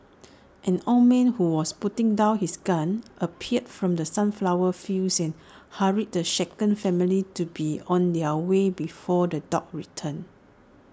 an old man who was putting down his gun appeared from the sunflower fields and hurried the shaken family to be on their way before the dogs return